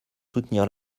soutenir